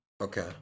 Okay